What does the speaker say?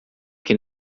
que